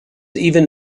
even